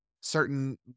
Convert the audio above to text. certain